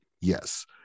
Yes